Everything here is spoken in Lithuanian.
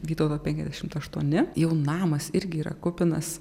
vytauto penkiadešimt aštuoni jau namas irgi yra kupinas